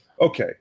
Okay